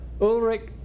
Ulrich